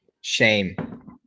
Shame